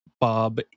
Bob